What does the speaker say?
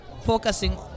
focusing